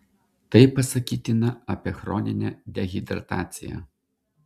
tai pasakytina apie chroninę dehidrataciją